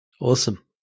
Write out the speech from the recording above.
Awesome